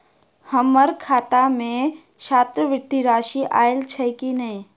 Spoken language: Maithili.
हम्मर खाता मे छात्रवृति राशि आइल छैय की नै?